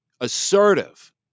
assertive